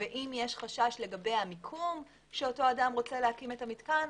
ואם יש חשש לגבי המיקום שאותו אדם רוצה להקים את המתקן,